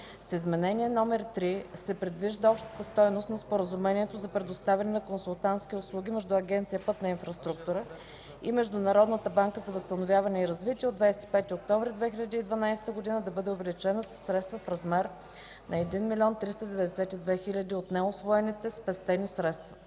С Изменение № 3 се предвижда общата стойност на Споразумението за предоставяне на консултантски услуги между Агенция „Пътна инфраструктура” и Международната банка за възстановяване и развитие от 25 октомври 2012 г. да бъде увеличена със средства в размер на 1 392 000,00 лв. от неусвоените (спестени) средства.